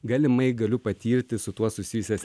galimai galiu patirti su tuo susijusias